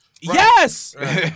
Yes